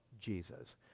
Jesus